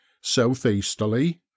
Southeasterly